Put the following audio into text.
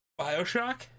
Bioshock